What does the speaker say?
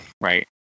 Right